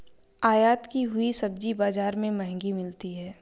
आयत की हुई सब्जी बाजार में महंगी मिलती है